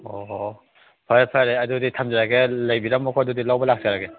ꯑꯣ ꯐꯔꯦ ꯐꯔꯦ ꯑꯗꯨꯗꯤ ꯊꯝꯖꯔꯒꯦ ꯂꯩꯕꯤꯔꯝꯃꯣ ꯀꯣ ꯑꯗꯨꯗꯤ ꯂꯧꯕ ꯂꯥꯛꯆꯔꯒꯦ